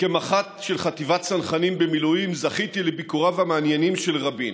כמח"ט של חטיבת צנחנים במילואים זכיתי לביקוריו המעניינים של רבין,